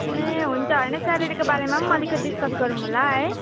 ए हुन्छ होइन सेलेरीको बारेमा पनि अलिकति डिस्कस गरौँ होला है